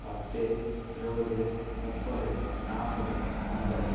பத்து இருபது முப்பது நாற்பது ஐம்பது